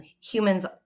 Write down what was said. humans